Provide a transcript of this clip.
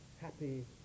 happy